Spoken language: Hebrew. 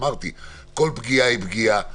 כל פגיעה היא פגיעה,